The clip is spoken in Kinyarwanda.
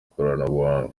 ikoranabuhanga